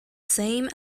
same